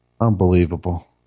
Unbelievable